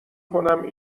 کنم